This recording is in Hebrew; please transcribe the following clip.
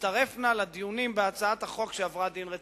יצטרף נא לדיונים בהצעת החוק שעברה החלת דין רציפות.